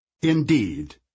Indeed